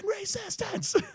resistance